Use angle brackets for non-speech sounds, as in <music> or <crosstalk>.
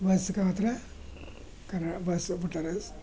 bus ಕಾತ್ರೆ ಕನ್ನ bus <unintelligible>